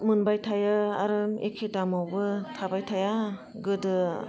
मोनबाय थायो आरो एखे दामावबो थाबाय थाया गोदो